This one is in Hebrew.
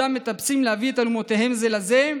בעודם מטפסים להביא את אלומותיהם זה לזה,